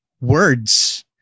words